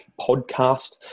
podcast